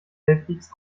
halbwegs